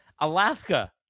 Alaska